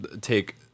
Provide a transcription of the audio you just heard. take